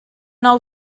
nou